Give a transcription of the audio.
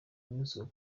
music